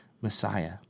Messiah